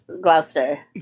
Gloucester